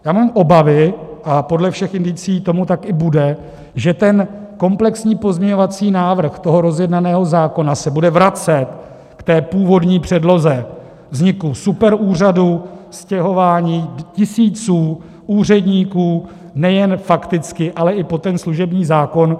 Já mám obavy, a podle všech indicií tomu tak i bude, že ten komplexní pozměňovací návrh toho rozjednaného zákona se bude vracet k původní předloze, vzniku superúřadu, stěhování tisíců úředníků nejen fakticky, ale i pod služební zákon.